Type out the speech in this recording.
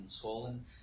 swollen